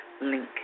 link